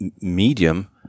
medium